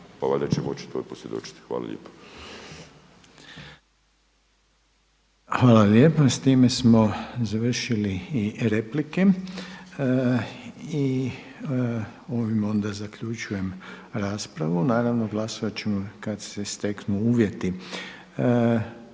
pa valjda će moći to posvjedočiti. Hvala lijepa. **Reiner, Željko (HDZ)** Hvala lijepo. S time smo završili i replike. Ovime zaključujem raspravu. Naravno, glasovat ćemo kada se steknu uvjeti.